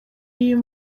iyo